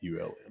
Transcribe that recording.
ULM